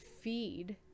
feed